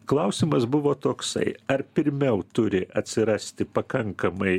klausimas buvo toksai ar pirmiau turi atsirasti pakankamai